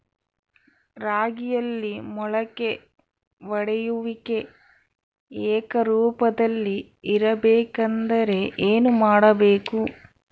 ರಾಗಿಯಲ್ಲಿ ಮೊಳಕೆ ಒಡೆಯುವಿಕೆ ಏಕರೂಪದಲ್ಲಿ ಇರಬೇಕೆಂದರೆ ಏನು ಮಾಡಬೇಕು?